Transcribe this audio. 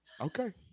Okay